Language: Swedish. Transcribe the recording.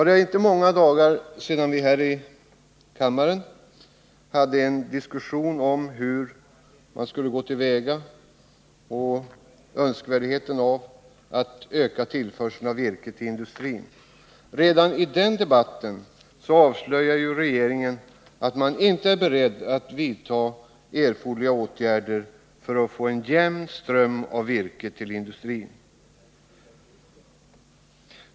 Det är inte många dagar sedan vi här i kammaren hade en diskussion om önskvärdheten av att öka tillförseln av virke till industrin. Redan i den debatten avslöjade regeringen att den inte är beredd att vidta erforderliga åtgärder för att få en jämn ström av virke till industrin.